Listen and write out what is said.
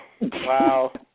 wow